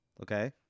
Okay